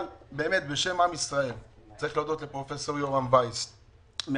אבל באמת בשם עם ישראל צריך להודות לפרופ' יורם וייס מהדסה,